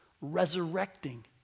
resurrecting